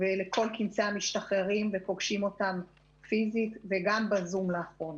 ולכל כנסי המשתחררים ופוגשים אותם פיזית וגם בזום לאחרונה.